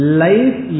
life